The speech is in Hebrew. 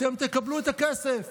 אתם תקבלו את הכסף.